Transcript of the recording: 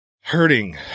hurting